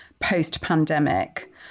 post-pandemic